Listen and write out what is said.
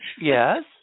Yes